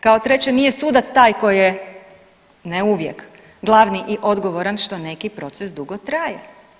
Kao treće nije sudac taj koji je, ne uvijek glavni i odgovoran što neki proces dugo traje.